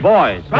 Boys